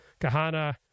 Kahana